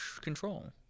control